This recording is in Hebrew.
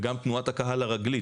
וגם תנועת הקהל הרגלית,